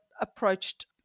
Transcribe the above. approached